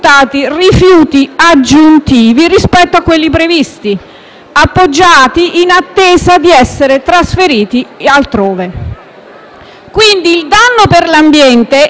appoggiati in attesa di essere trasferiti altrove. Quindi, il danno per l'ambiente è che il TMB è stato trasformato in una discarica.